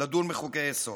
לדון בחוקי-יסוד.